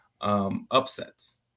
upsets